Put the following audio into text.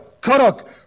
Karak